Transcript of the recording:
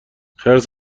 خرس